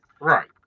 Right